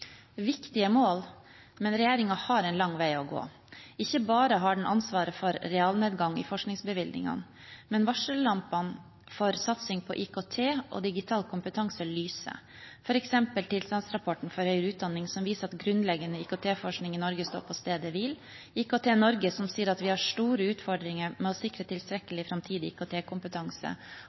viktige mål, men regjeringen har en lang vei å gå. Ikke bare har den ansvaret for realnedgang i forskningsbevilgningene, men varsellampene for satsing på IKT og digital kompetanse lyser, f.eks. tilstandsrapporten for høyere utdanning, som viser at grunnleggende IKT-forskning i Norge står på stedet hvil, IKT-Norge, som sier at vi har store utfordringer med å sikre tilstrekkelig framtidig